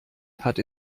hat